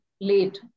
late